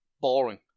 boring